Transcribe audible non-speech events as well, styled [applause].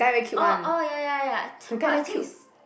orh orh ya ya ya [noise] but I think is